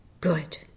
good